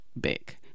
Big